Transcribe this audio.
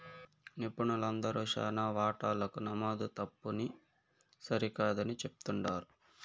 నిపుణులందరూ శానా వాటాలకు నమోదు తప్పుని సరికాదని చెప్తుండారు